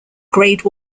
grade